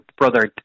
brother